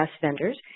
vendors